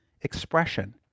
expression